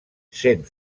sent